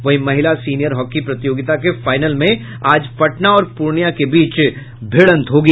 वहीं महिला senior hockey प्रतियोगिता के फाइनल में आज पटना और पूर्णिया के बीच भीड़ंत होगी